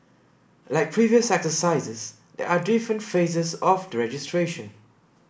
like previous exercises there are different phases of registration